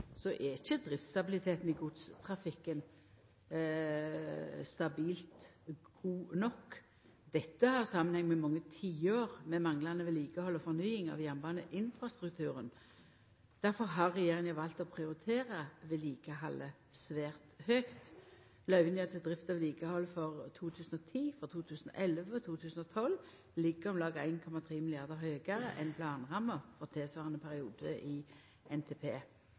nok. Dette har samanheng med mange tiår med manglande vedlikehald og fornying av jernbaneinfrastrukturen. Difor har regjeringa valt å prioritera vedlikehaldet svært høgt. Løyvingane til drift og vedlikehald for 2010, 2011 og 2012 ligg om lag 1,3 mrd. kr høgare enn planramma for tilsvarande periode i NTP